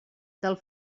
del